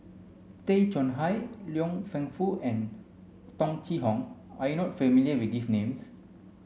Tay Chong Hai Liang Wenfu and Tung Chye Hong you are not familiar with these names